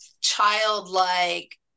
childlike